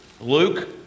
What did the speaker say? Luke